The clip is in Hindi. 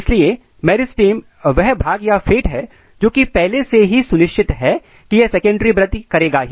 इसलिए मेरिस्टम वह भाग्य है जो कि पहले से ही सुनिश्चित है की यह सेकेंडरी वृद्धि करेगा ही